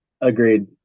Agreed